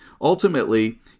Ultimately